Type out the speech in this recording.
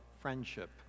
friendship